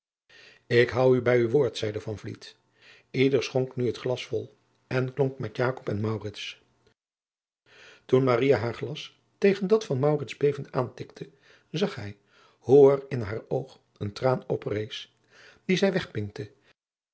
ik houd u bij uw woord zeide van vliet ieder schonk nu het glas vol en klonk met jakob en maurits toen maria haar glas tegen dat van maurits bevend aantikte zag bij hoe er in hair oog een traan oprees dien zij